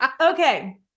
Okay